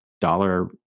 dollar